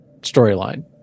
storyline